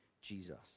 Jesus